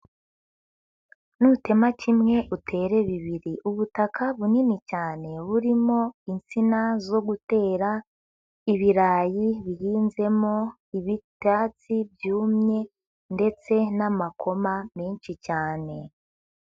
Nutema kimwe utere bibiri, ubutaka bunini cyane burimo insina zo gutera ibirayi bihinzemo, ibyatsi byumye ndetse n'amakoma menshi cyane.